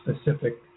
specific